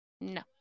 No